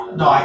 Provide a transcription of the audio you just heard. no